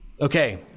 Okay